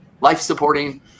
life-supporting